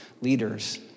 leaders